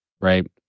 right